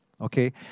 okay